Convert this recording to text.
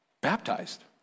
Baptized